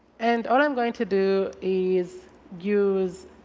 and but i'm going to do is use